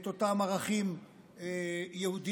את אותם ערכים יהודיים,